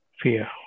Fear